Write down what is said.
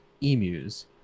emus